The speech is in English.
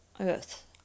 earth